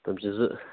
تُم چھِ زٕ